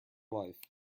life